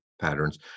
patterns